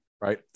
Right